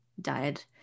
died